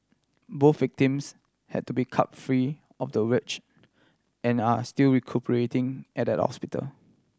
both victims had to be cut free of the and are still recuperating at at hospital